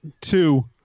Two